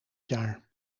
jaar